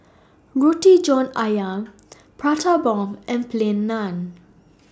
Roti John Ayam Prata Bomb and Plain Naan